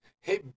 hey